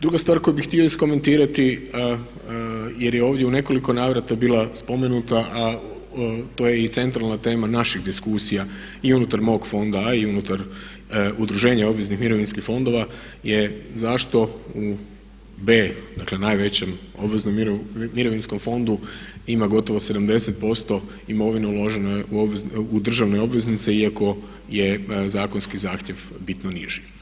Druga stvar koju bih htio iskomentirati jer je ovdje u nekoliko navrata bila spomenuta a to je centralna tema naših diskusija i unutar mog fonda a i unutar udruženja obveznih mirovinskih fondova je zašto u B dakle najvećem obveznom mirovinskom fondu ima gotovo 70% imovine uložene u državne obveznice kako je zakonski zahtjev bitno niži.